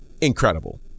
incredible